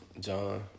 John